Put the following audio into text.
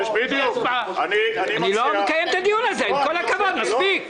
אני לא מקיים את הדיון הזה, עם כל הכבוד, מספיק.